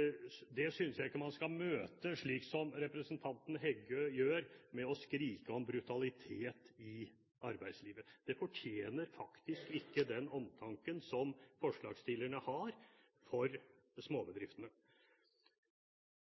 – synes jeg ikke man skal møte slik som representanten Heggø gjør, med å skrike om brutalitet i arbeidslivet. Det fortjener faktisk ikke den omtanken som forslagsstillerne har for småbedriftene.